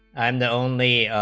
i'm the only